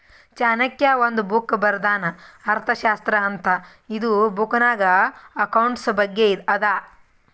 ಚಾಣಕ್ಯ ಒಂದ್ ಬುಕ್ ಬರ್ದಾನ್ ಅರ್ಥಶಾಸ್ತ್ರ ಅಂತ್ ಇದು ಬುಕ್ನಾಗ್ ಅಕೌಂಟ್ಸ್ ಬಗ್ಗೆ ಅದಾ